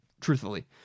truthfully